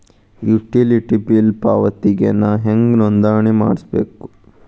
Utility bill ಪಾವತಿಗೆ ನಾ ಹೆಂಗ್ ನೋಂದಣಿ ಮಾಡ್ಸಬೇಕು?